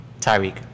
Tyreek